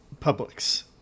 Publix